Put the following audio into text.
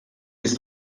ist